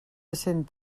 cent